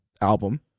album